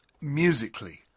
musically